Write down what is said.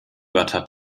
wörter